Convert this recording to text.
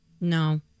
No